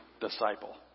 disciple